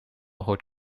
hoort